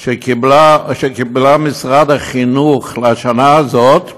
שקיבל משרד החינוך לשנה הזאת,